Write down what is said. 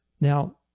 now